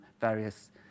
various